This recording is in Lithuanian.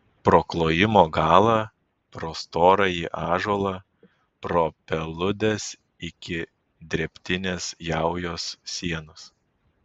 pro klojimo galą pro storąjį ąžuolą pro peludes iki drėbtinės jaujos sienos